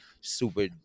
super